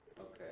Okay